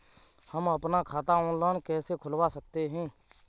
हम अपना खाता ऑनलाइन कैसे खुलवा सकते हैं?